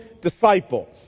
disciple